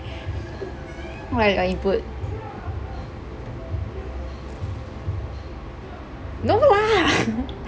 what did I input no lah